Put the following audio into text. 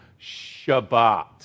Shabbat